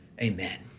amen